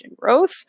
growth